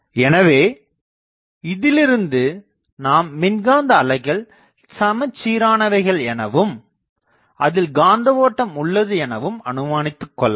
எனவே இதிலிருந்து நாம் மின்காந்த அலைகள் சமச்சீரானவைகள் எனவும் அதில் காந்த ஓட்டம் உள்ளது எனவும் அனுமானித்துக் கொள்ளலாம்